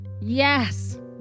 Yes